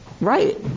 right